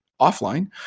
offline